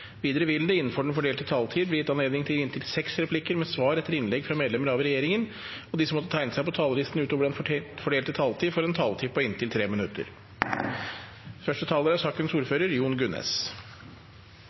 Videre vil det – innenfor den fordelte taletid – bli gitt anledning til inntil seks replikker med svar etter innlegg fra medlemmer av regjeringen, og de som måtte tegne seg på talerlisten utover den fordelte taletid, får også en taletid på inntil 3 minutter. Dette er